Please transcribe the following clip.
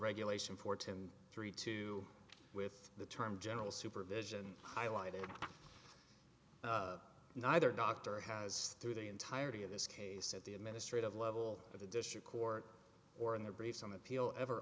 regulation for two and three two with the term general supervision highlighted neither doctor has through the entirety of this case at the administrative level of the district court or in the briefs on appeal ever